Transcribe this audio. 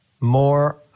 more